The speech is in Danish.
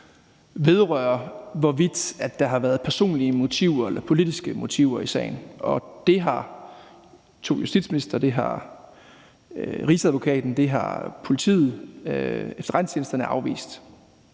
vedrører, hvorvidt der har været personlige motiver eller politiske motiver i sagen. Det har to justitsministre, Rigsadvokaten, politiet og efterretningstjenesterne afvist.